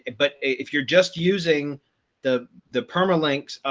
but if you're just using the the perma link,